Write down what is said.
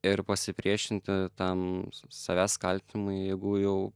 ir pasipriešinti tam s savęs kaltinimui jėgų jau